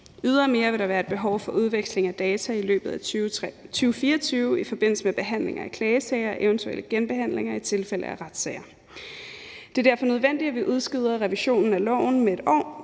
Ydermere vil der være et behov for udveksling af data i løbet af 2024 i forbindelse med behandling af klagesager og eventuelle genbehandlinger i tilfælde af retssager. Det er derfor nødvendigt, at vi udskyder revisionen af loven med et år